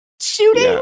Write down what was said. shooting